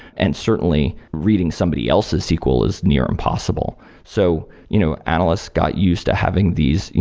and certainly, reading somebody else's sql is near impossible so you know analysts got used to having these,